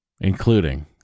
including